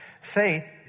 Faith